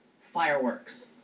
fireworks